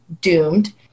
doomed